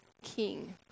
king